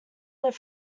their